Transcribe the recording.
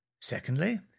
Secondly